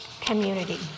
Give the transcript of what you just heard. community